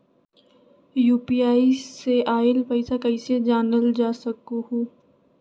UPI से आईल पैसा कईसे जानल जा सकहु?